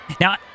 Now